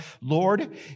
Lord